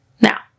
Now